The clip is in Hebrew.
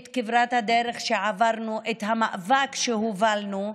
את כברת הדרך שעברנו, את המאבק שהובלנו.